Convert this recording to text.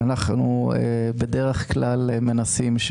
בדרך כלל אנחנו מנסים,